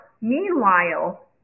Meanwhile